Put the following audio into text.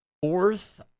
Fourth